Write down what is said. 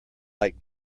like